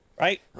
Right